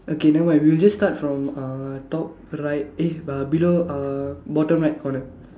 okay nevermind we just start from uh top right eh uh below uh bottom right corner